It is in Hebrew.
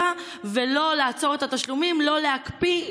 ולא לעצור את התשלומים ולא להקפיא,